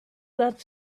that